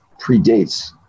predates